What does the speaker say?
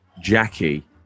Jackie